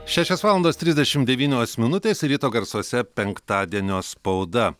šešios valandos trisdešim devynios minutės ryto garsuose penktadienio spauda